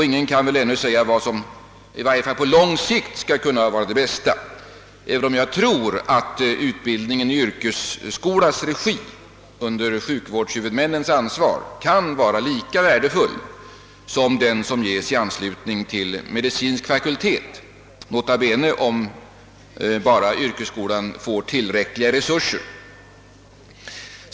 Ingen kan väl ännu säga vad som på lång sikt skall vara det bästa, även om jag tror att utbildningen i yrkesskolans regi under sjukvårdshuvudmännens ansvar kan visa sig lika värdefull som den utbildning som ges i anslutning till medicinsk fakultet; nota bene om yrkesskolan får tillräckliga resurser.